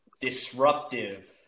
disruptive